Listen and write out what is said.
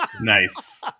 Nice